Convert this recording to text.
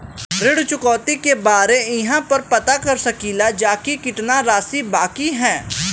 ऋण चुकौती के बारे इहाँ पर पता कर सकीला जा कि कितना राशि बाकी हैं?